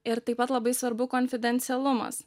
ir taip pat labai svarbu konfidencialumas